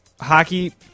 hockey